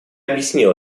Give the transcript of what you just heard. объяснил